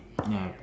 ya